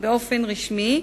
באופן רשמי,